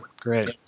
Great